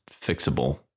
fixable